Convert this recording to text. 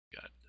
Got